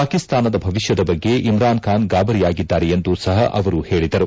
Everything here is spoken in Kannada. ಪಾಕಿಸ್ತಾನದ ಭವಿಷ್ಯದ ಬಗ್ಗೆ ಇಮ್ರಾನ್ಖಾನ್ ಗಾಬರಿಯಾಗಿದ್ದಾರೆ ಎಂದು ಸಹ ಅವರು ಹೇಳಿದರು